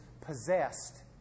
possessed